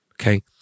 Okay